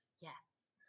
Yes